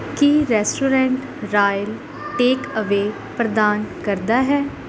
ਕੀ restaurant royal take away ਪ੍ਰਦਾਨ ਕਰਦਾ ਹੈ